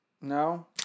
No